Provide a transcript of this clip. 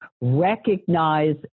recognize